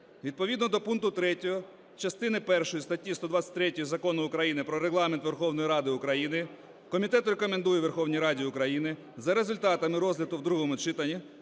Відповідно до пункту 3 частини першої статті 123 Закону України "Про Регламент Верховної Ради України" комітет рекомендує Верховній Раді України за результатами розгляду в другому читанні